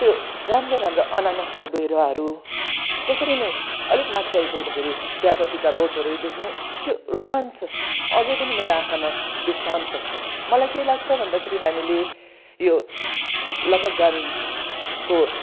त्यो राम्रा राम्रा अनानसका बिरुवाहरू त्यसरी नै अलिक माथि आइपुग्दाखेरि चियापत्तीका बोटहरू देख्ने त्यो रोमााञ्च अझै पनि मेरो आखामा ढृष्टान्त छ मलाई के लाग्छ भन्दाखेरि हामीले यो लपक गामिनीको